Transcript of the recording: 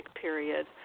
period